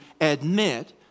admit